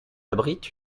abrite